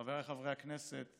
חבריי חברי הכנסת,